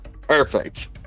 Perfect